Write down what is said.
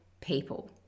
people